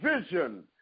vision